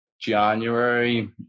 January